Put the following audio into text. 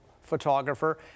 photographer